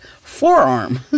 forearm